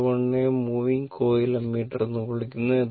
A 1 നെ moving coil ammeter എന്ന് വിളിക്കുന്നു